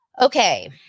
Okay